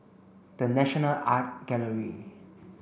The National Art Gallery